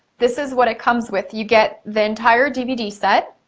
this is what it comes with. you get the entire dvd set,